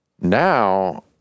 Now